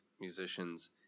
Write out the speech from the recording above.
musicians